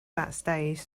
backstage